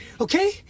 okay